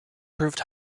proved